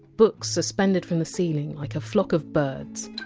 books suspended from the ceiling like a flock of birds.